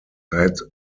had